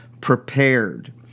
prepared